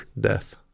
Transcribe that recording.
death